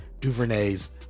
DuVernay's